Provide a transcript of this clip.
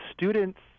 students